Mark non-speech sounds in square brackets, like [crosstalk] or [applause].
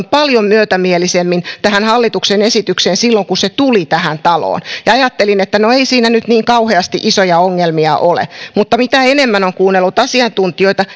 [unintelligible] paljon myötämielisemmin tähän hallituksen esitykseen silloin kun se tuli tähän taloon ajattelin että no ei siinä nyt niin kauheasti isoja ongelmia ole mutta mitä enemmän on kuunnellut asiantuntijoita [unintelligible]